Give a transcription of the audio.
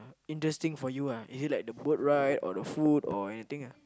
interesting for you ah is it like the boat ride or the food or anything ah